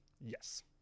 Yes